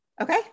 okay